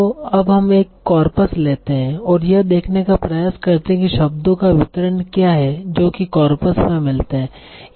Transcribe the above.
तो अब हम एक कॉर्पस लेते हैं और यह देखने का प्रयास करते हैं कि शब्दों का वितरण क्या है जो कि कॉर्पस में मिलते हैं